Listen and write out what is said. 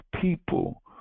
people